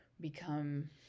become